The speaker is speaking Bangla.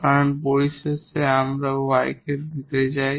কারণ পরিশেষে আমরা এই y কে পেতে চাই